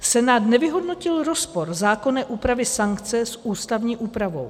Senát nevyhodnotil rozpor zákonné úpravy sankce s ústavní úpravou.